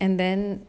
and then